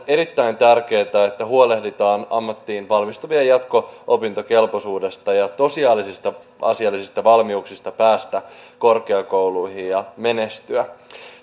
erittäin tärkeätä että huolehditaan ammattiin valmistuvien jatko opintokelpoisuudesta ja tosiasiallisista tosiasiallisista valmiuksista päästä korkeakouluihin ja menestyä